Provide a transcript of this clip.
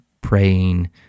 praying